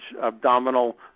abdominal